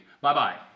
Bye-bye